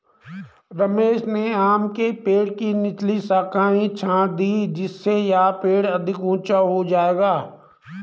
रमेश ने आम के पेड़ की निचली शाखाएं छाँट दीं जिससे यह पेड़ अधिक ऊंचा हो जाएगा